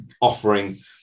offering